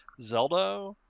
Zelda